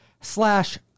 slash